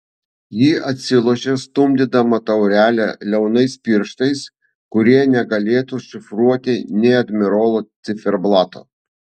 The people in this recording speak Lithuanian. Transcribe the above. ji atsilošė stumdydama taurelę liaunais pirštais kurie negalėtų šifruoti nė admirolo ciferblato